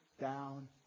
down